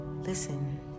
Listen